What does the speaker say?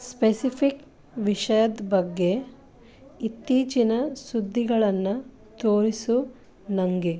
specific ವಿಷಯದ ಬಗ್ಗೆ ಇತ್ತೀಚಿನ ಸುದ್ದಿಗಳನ್ನು ತೋರಿಸು ನನಗೆ